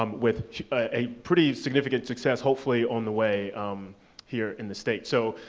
um with ah a pretty significant success hopefully on the way um here in the state. so,